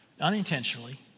Unintentionally